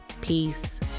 Peace